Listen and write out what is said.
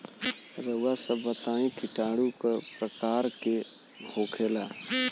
रउआ सभ बताई किटाणु क प्रकार के होखेला?